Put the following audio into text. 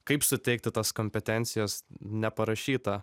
kaip suteikti tas kompetencijas neparašyta